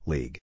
League